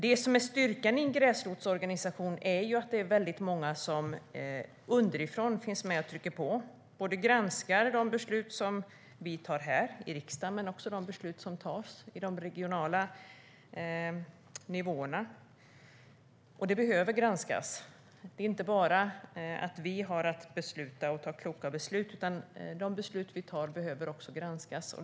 Det som är styrkan i en gräsrotsorganisation är att det är väldigt många som finns med underifrån och trycker på och granskar både de beslut som vi fattar här i riksdagen och de beslut som fattas på regional nivå. Och de behöver granskas. Det är inte bara så att vi har att fatta kloka beslut, utan de beslut vi fattar behöver också granskas.